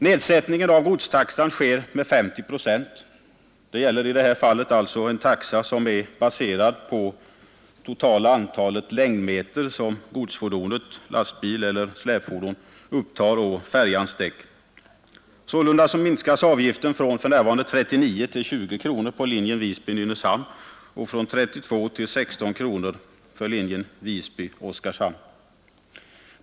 Nedsättningen av godstaxan sker med 50 procent. Det gäller i det här fallet alltså en taxa, som är baserad på det totala antal längdmeter som godsfordonet — lastbil eller släpfordon — upptar av färjans däck. Sålunda minskar avgiften från för närvarande 39 kronor till 20 kronor på linjen Visby-Nynäshamn och från 32 kronor till 16 kronor på linjen Visby—Oskarshamn.